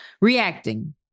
Reacting